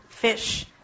fish